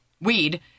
weed